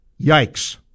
yikes